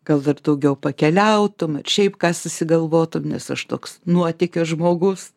gal dar daugiau pakeliautum ar šiaip kas susigalvotum nes aš toks nuotykio žmogus